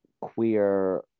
queer